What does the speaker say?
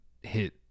hit